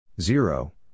Zero